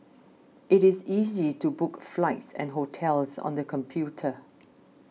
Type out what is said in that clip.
it is easy to book flights and hotels on the computer